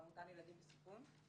עמותה לילדים בסיכון.